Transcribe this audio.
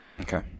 Okay